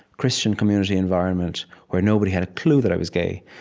christian community environment where nobody had a clue that i was gay.